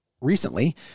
recently